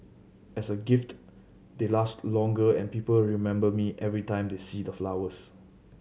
as a gift they last longer and people remember me every time they see the flowers